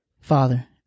Father